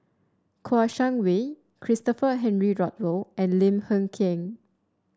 Kouo Shang Wei Christopher Henry Rothwell and Lim Hng Kiang